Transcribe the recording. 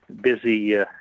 busy